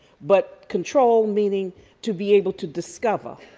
but control meaning to be able to discover.